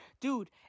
Dude